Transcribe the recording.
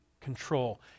control